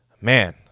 Man